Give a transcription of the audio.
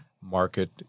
market